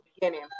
beginning